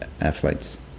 athletes